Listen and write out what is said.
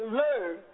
learn